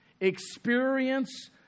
experience